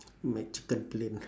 my chicken plain